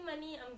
money